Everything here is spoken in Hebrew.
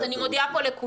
אז אני מודיעה פה לכולם: